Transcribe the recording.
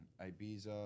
Ibiza